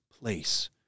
place